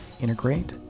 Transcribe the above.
integrate